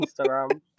Instagram